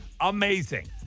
amazing